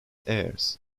heirs